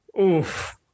Oof